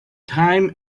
time